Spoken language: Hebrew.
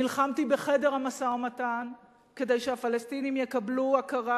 נלחמתי בחדר המשא-ומתן כדי שהפלסטינים יקבלו הכרה